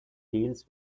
deals